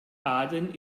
aden